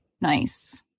nice